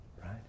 right